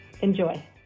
Enjoy